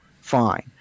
fine